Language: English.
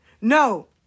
No